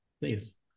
Please